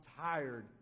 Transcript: tired